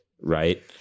Right